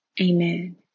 Amen